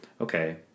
Okay